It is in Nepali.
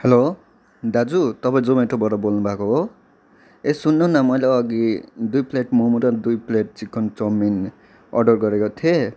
हेलो दाजु तपाईँ जोमेटोबाट बोल्नु भएको हो ए सुन्नुहोस् न मैले अघि दुई प्लेट मोमो र दुई प्लेट चिकन चौमिन अर्डर गरेको थिएँ